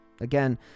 Again